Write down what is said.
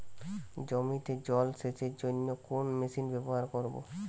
জমিতে জল সেচের জন্য কোন মেশিন ব্যবহার করব?